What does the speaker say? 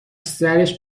سرش